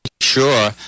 sure